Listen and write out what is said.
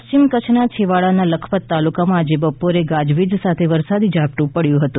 પશ્ચિમ કચ્છના છેવાડાના લખપત તાલુકામાં આજે બપોરે ગાજવીજ સાથે વરસાદી ઝાપડું પડ્યું હતું